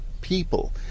people